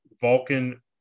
Vulcan